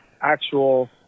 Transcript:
actual